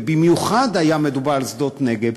ובמיוחד היה מדובר על שדות-נגב,